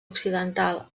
occidental